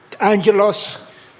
Angelos